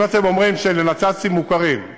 אם אתם אומרים שאלה נת"צים מוכרים,